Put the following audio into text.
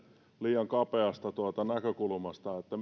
liian kapeasta näkökulmasta sitä